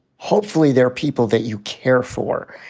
hopefully they're people that you care for,